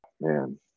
man